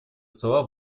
слова